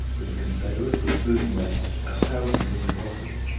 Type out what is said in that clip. with a confederate, with food and rest a thousand things are possible.